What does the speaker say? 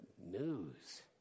news